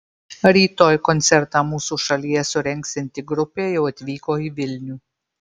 rytoj koncertą mūsų šalyje surengsianti grupė jau atvyko į vilnių